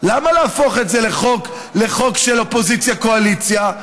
למה להפוך את זה לחוק של אופוזיציה וקואליציה?